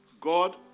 God